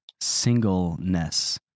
singleness